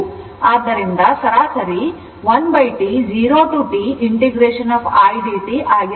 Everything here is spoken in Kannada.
ಆದ್ದರಿಂದ ಸರಾಸರಿ 1T 0 to T idt ಆಗಿರಬೇಕು